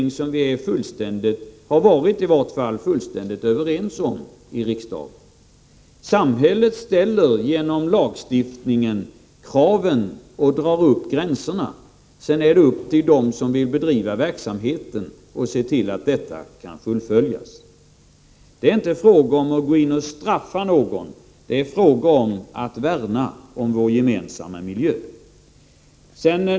Genom lagstiftning ställer samhället kraven och drar upp gränserna. Sedan har de som bedriver verksamheten att se till att kraven uppfylls. Det är inte fråga om att straffa någon, utan det är fråga om att värna 'om vår gemensamma miljö.